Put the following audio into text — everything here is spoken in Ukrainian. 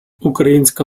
українська